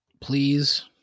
please